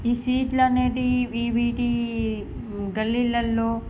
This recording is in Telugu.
ఈ సీట్లు అనేవి ఈ వీటి గల్లీలల్లో